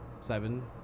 seven